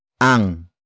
ang